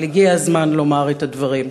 אבל הגיע הזמן לומר את הדברים.